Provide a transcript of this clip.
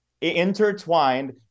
Intertwined